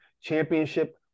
championship